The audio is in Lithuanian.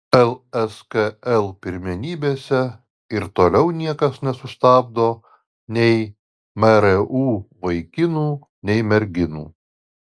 lskl pirmenybėse ir toliau niekas nesustabdo nei mru vaikinų nei merginų